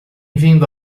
vindo